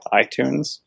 iTunes